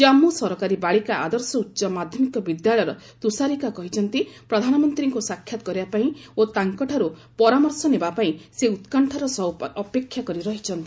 ଜାନ୍ମ ସରକାରୀ ବାଳିକା ଆଦର୍ଶ ଉଚ୍ଚ ମାଧ୍ୟମିକ ବିଦ୍ୟାଳୟର ତ୍ରଷାରୀକା କହିଛନ୍ତି ପ୍ରଧାନମନ୍ତ୍ରୀଙ୍କୁ ସାକ୍ଷାତ କରିବା ପାଇଁ ଓ ତାଙ୍କଠାରୁ ପରାମର୍ଶ ନେବା ପାଇଁ ସେ ଉକୃଶ୍ଚାର ସହ ଅପେକ୍ଷା କରି ରହିଛନ୍ତି